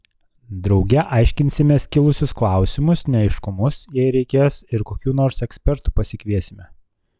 drauge aiškinsimės kilusius klausimus neaiškumus jei reikės ir kokių nors ekspertų pasikviesime